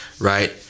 right